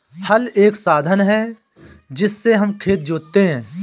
हल एक साधन है जिससे हम खेत जोतते है